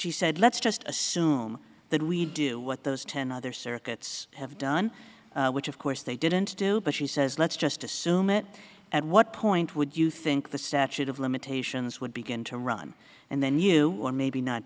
she said let's just assume that we do what those ten other circuits have done which of course they didn't do but she says let's just assume it at what point would you think the statute of limitations would begin to run and then you or maybe not